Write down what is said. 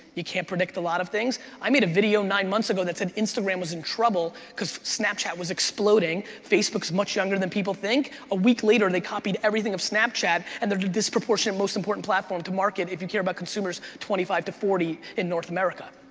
you can't predict a lot of things. i made a video nine months ago that said instagram was in trouble because snapchat was exploding. facebook's much younger than people think. a week later, and they copied everything of snapchat, and they're the disproportionate most important platform to market if you care about consumers twenty five to forty in north america.